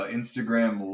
Instagram